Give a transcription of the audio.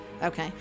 Okay